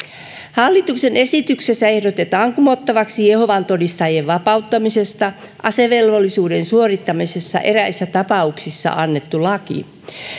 hallituksen esityksessä ehdotetaan kumottavaksi jehovan todistajien vapauttamisesta asevelvollisuuden suorittamisesta eräissä tapauksissa annettu laki